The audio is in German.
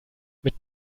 mit